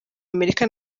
amerika